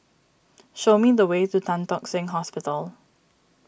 show me the way to Tan Tock Seng Hospital